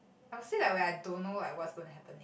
I will say like when I don't know like what's gonna happen